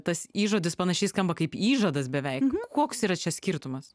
tas įžodis panašiai skamba kaip įžadas beveik koks yra čia skirtumas